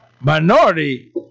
minority